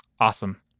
Awesome